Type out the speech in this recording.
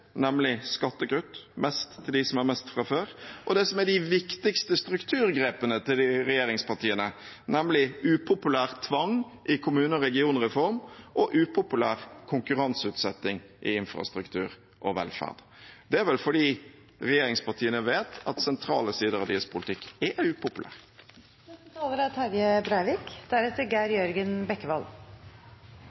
nemlig skattekutt, mest til dem som har mest fra før, og det som er de viktigste strukturgrepene fra regjeringspartiene, nemlig upopulær tvang i kommune- og regionreform og upopulær konkurranseutsetting i infrastruktur og velferd. Det er vel fordi regjeringspartiene vet at sentrale sider av deres politikk er upopulær. Trontaledebatten 2018 er